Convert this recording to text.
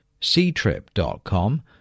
Ctrip.com